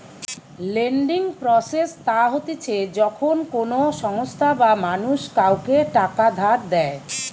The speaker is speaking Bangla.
লেন্ডিং প্রসেস তা হতিছে যখন কোনো সংস্থা বা মানুষ কাওকে টাকা ধার দেয়